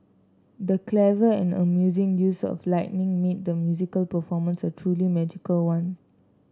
the clever and amusing use of lighting made the musical performance a truly magical one